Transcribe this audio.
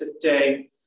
today